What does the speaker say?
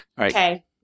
Okay